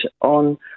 On